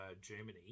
Germany